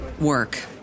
work